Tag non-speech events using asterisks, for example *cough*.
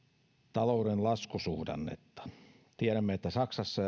talouden laskusuhdannetta tiedämme että saksassa *unintelligible*